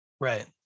right